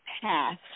past